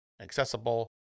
accessible